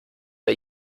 bei